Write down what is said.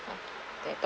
there talk